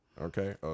Okay